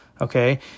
Okay